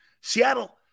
Seattle